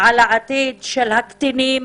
על העתיד של הקטינים